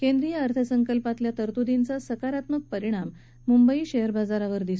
केंद्रीय अर्थसंकल्पात केलेल्या तरतुदींचा सकारात्मक परिणाम मुंबई शेअर बाजारावर आज दिसून आला